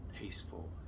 peaceful